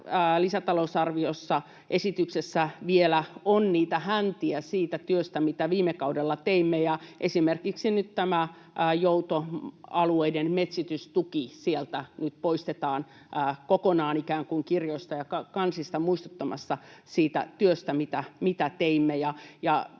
lisätalousarvioesityksessä on vielä niitä häntiä siitä työstä, mitä viime kaudella teimme. Esimerkiksi nyt tämä joutoalueiden metsitystuki sieltä nyt poistetaan kokonaan ikään kuin kirjoista ja kansista muistuttamasta siitä työstä, mitä teimme.